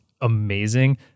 amazing